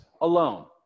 alone